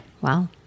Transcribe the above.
Wow